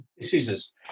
scissors